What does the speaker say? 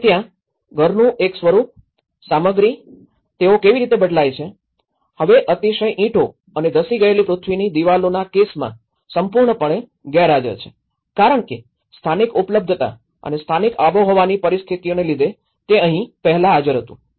અને ત્યાં ઘરનું એક સ્વરૂપ સામગ્રી તેઓ કેવી રીતે બદલાયા છે હવે અતિશય ઇંટો અને ધસી ગયેલી પૃથ્વીની દિવાલો કેસમાં સંપૂર્ણપણે ગેરહાજર છે કારણ કે સ્થાનિક ઉપલ્ભતતા અને સ્થાનિક આબોહવાની પરિસ્થિતિઓને લીધે તે અહીં પહેલા હાજર હતું